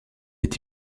est